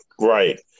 Right